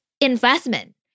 investment